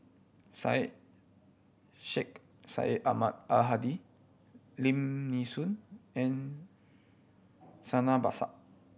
Syed Sheikh Syed Ahmad Al Hadi Lim Nee Soon and Santha Bhaskar